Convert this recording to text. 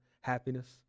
happiness